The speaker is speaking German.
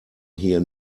hier